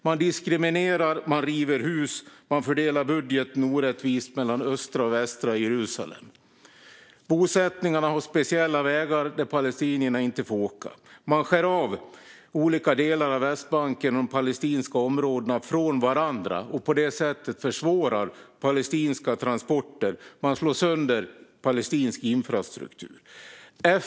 Man diskriminerar, man river hus, man fördelar budgeten orättvist mellan östra och västra Jerusalem. Bosättningarna har speciella vägar där palestinierna inte får åka. Man skär av olika delar av Västbanken och de palestinska områdena från varandra och försvårar på det sättet palestinska transporter. Man slår sönder palestinsk infrastruktur.